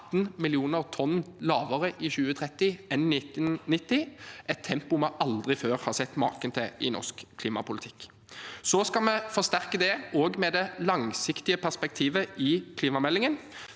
18 millioner tonn lavere i 2030 enn i 1990 – et tempo vi aldri før har sett maken til i norsk klimapolitikk. Det skal vi forsterke også med det langsiktige perspektivet i klimameldingen,